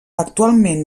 actualment